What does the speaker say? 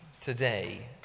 today